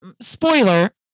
spoiler